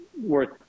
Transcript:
worth